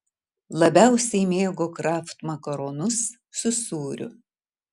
labiausiai mėgo kraft makaronus su sūriu